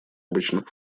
обычных